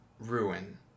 Ruin